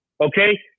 okay